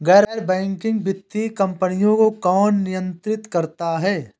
गैर बैंकिंग वित्तीय कंपनियों को कौन नियंत्रित करता है?